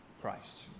Christ